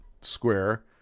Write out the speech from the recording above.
square